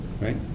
Right